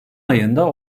ayında